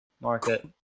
market